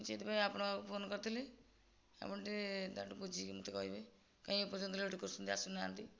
ସେଇଥିପାଇଁ ଆପଣଙ୍କ ପାଖକୁ ଫୋନ କରିଥିଲି ଆପଣ ଟିକିଏ ତାଙ୍କଠାରୁ ବୁଝିକି ମୋତେ କହିବେ କାଇଁ ଏପର୍ଯ୍ୟନ୍ତ ଲେଟ୍ କରୁଛନ୍ତି ଆସିନାହାନ୍ତି